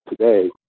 today